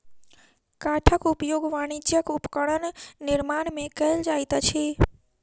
काठक उपयोग वाणिज्यक उपकरण निर्माण में कयल जाइत अछि